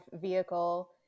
vehicle